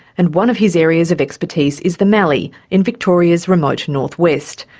and one of his areas of expertise is the mallee in victoria's remote northwest,